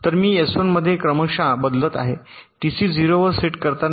तर मी एस 1 मध्ये क्रमशः बदलत आहे टीसी 0 वर सेट करताना